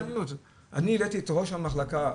אני הבאתי את ראש המחלקה,